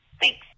Thanks